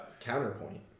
Counterpoint